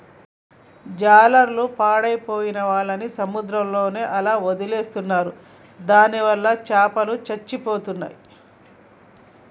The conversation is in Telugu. జాలర్లు పాడైపోయిన వాళ్ళని సముద్రంలోనే అలా వదిలేస్తున్నారు దానివల్ల చాపలు చచ్చిపోతున్నాయి